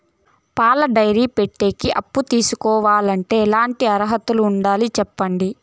పాల డైరీ పెట్టేకి అప్పు తీసుకోవాలంటే ఎట్లాంటి అర్హతలు ఉండాలి సెప్పండి?